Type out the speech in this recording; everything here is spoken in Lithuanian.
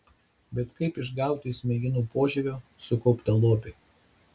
bet kaip išgauti iš smegenų požievio sukauptą lobį